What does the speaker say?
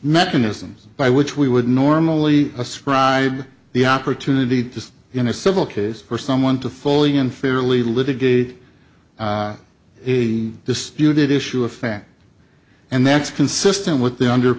mechanisms by which we would normally a surprise the opportunity to in a civil case for someone to fully and fairly litigate a disputed issue a fact and that's consistent with the under